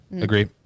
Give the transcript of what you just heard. agree